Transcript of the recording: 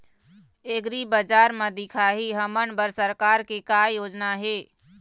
एग्रीबजार म दिखाही हमन बर सरकार के का योजना हे?